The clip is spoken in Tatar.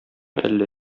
әллә